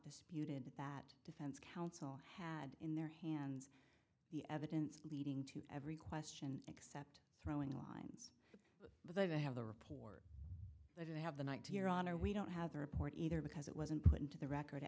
disputed that defense counsel had in their hands the evidence leading to every question except throwing a line but i have the report that you have the night to your honor we don't have the report either because it wasn't put into the record at